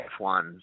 F1